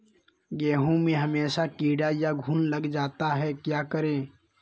गेंहू में हमेसा कीड़ा या घुन लग जाता है क्या करें?